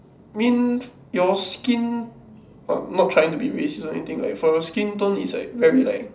mean your skin what not trying to be racist or anything like for your skin tone is like very like